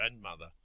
grandmother